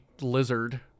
Lizard